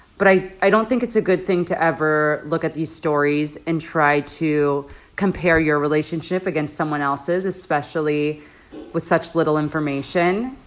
but i i don't think it's a good thing to ever look at these stories and try to compare your relationship against someone else's, especially with such little information.